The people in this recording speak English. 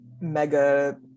mega